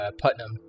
Putnam